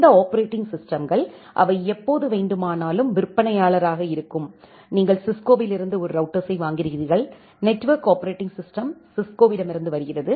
இந்த ஆப்பரேட்டிங் சிஸ்டம்கள் அவை எப்போது வேண்டுமானாலும் விற்பனையாளராக இருக்கும் நீங்கள் சிஸ்கோவிலிருந்து ஒரு ரௌட்டர்ஸ்யை வாங்குகிறீர்கள் நெட்வொர்க் ஆப்பரேட்டிங் சிஸ்டம் சிஸ்கோவிடமிருந்து வருகிறது